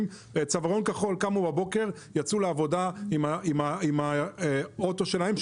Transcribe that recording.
צווארון כחול ויצאו לעבודה עם האוטו שלהם,